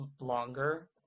longer